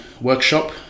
workshop